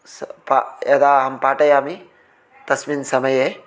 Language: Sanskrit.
स पा यदा अहं पाठयामि तस्मिन् समये